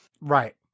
Right